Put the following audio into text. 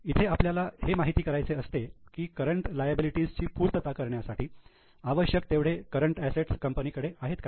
इथे आपल्याला हे माहिती करायचे असते की करंट लायबिलिटी ची पूर्तता करण्यासाठी आवश्यक तेवढे करंट असेट्स कंपनीकडे आहेत का